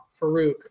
Farouk